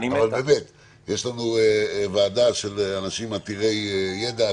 יש לנו ועדה של אנשים עתירי ידע,